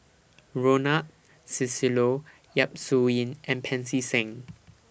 Ronald Susilo Yap Su Yin and Pancy Seng